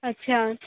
अच्छा